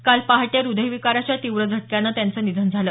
काल पहाटे हृदयविकाराच्या तीव्र झटक्यानं त्यांचं निधन झालं